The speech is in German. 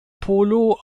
polo